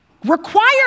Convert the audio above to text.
require